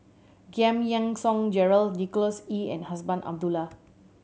Giam Yean Song Gerald Nicholas Ee and Azman Abdullah